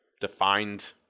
defined